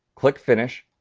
click finish,